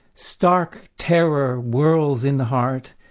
stark terror whirls in the heart,